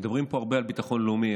מדברים פה הרבה על ביטחון לאומי.